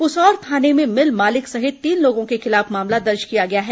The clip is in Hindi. पुसौर थाने में मिल मालिक सहित तीन लोगों के खिलाफ मामला दर्ज किया गया है